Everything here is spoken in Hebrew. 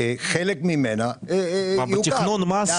חלק ממנה --- בתכנון מס,